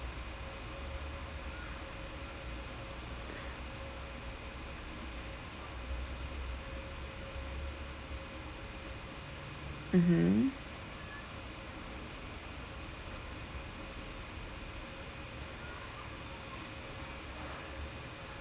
mmhmm